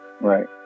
Right